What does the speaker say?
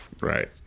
Right